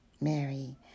Mary